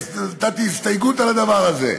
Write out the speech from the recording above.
אני נתתי הסתייגות על הדבר הזה.